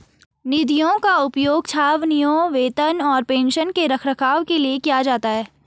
निधियों का उपयोग छावनियों, वेतन और पेंशन के रखरखाव के लिए किया जाता है